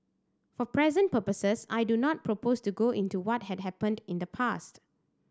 for present purposes I do not propose to go into what had happened in the past